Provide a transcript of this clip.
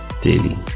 daily